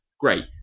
great